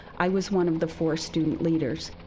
i was one of the four student leaders.